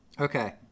Okay